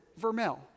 Vermel